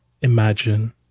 imagine